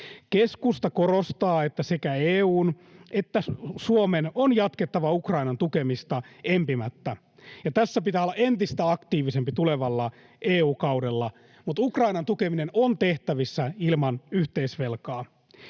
Keskusta korostaa, että sekä EU:n että Suomen on jatkettava Ukrainan tukemista empimättä, ja tässä pitää olla entistä aktiivisempi tulevalla EU-kaudella, mutta Ukrainan tukeminen on tehtävissä ilman yhteisvelkaa.